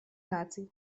наций